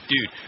dude